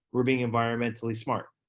we're being environmentally smart.